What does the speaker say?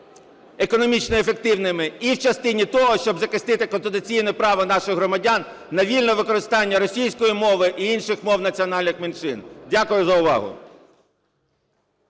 економічно ефективними, і в частині того, щоб захистити конституційне право наших громадян на вільне використання російської мови і інших мов національних меншин. Дякую за увагу.